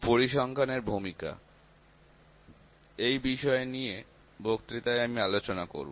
পরিসংখ্যানের ভূমিকা এই বিষয়ে নিয়ে বক্তৃতায় আমি আলোচনা করব